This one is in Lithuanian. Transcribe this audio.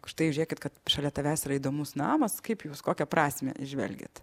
štai žiūrėkit kad šalia tavęs yra įdomus namas kaip jūs kokią prasmę žvelgiat